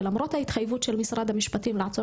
ולמרות ההתחייבות של משרד המשפטים לעצור